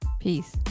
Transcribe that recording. Peace